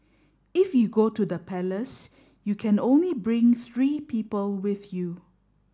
if you go to the palace you can only bring three people with you